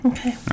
Okay